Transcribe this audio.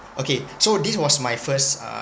okay so this was my first uh